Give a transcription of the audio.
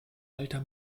alter